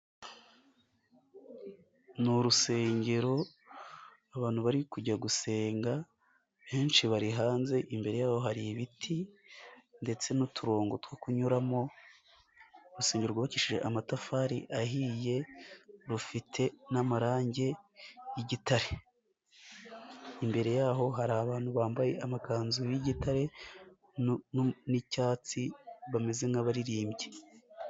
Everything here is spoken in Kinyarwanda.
Ni urusengero, abantu bari kujya gusenga, benshi bari hanze, imbere yabo hari ibiti, ndetse n'uturongo two kunyuramo, urusengero rbakishije amatafari ahiye, rufite n'amarangi y'igitare, imbere yaho hari abantu bambaye amakanzu y'igitare n'icyatsi, bameze nk'abaririmbyi.